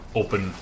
open